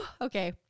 okay